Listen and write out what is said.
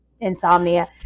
Insomnia